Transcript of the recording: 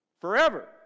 Forever